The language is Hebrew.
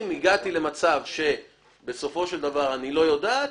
את אומרת: אם הגעתי למצב שאני לא יודעת,